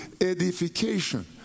edification